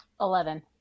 eleven